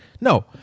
No